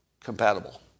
Compatible